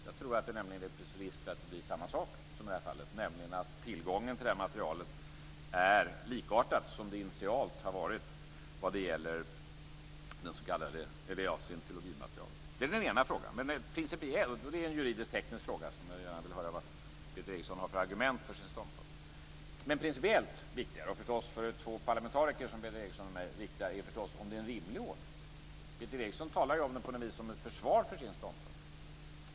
Jag tror att det finns risk för att det blir precis samma sak i det fallet, nämligen att tillgången till materialet är likartad med den som initialt har varit när det gäller scientologimaterialet. Detta är en juridisk teknisk fråga, och jag vill gärna höra vad Peter Eriksson har för argument för sin ståndpunkt. Men principiellt viktigare för två parlamentariker som Peter Eriksson och jag är förstås om det är en rimlig ordning. Peter Eriksson talar ju på något vis om den som ett försvar för sin ståndpunkt.